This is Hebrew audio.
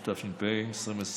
התש"ף 2020,